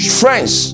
friends